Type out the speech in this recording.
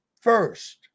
first